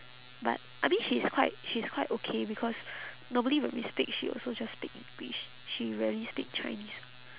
but I mean she is quite she is quite okay because normally when we speak she also just speak english she rarely speak chinese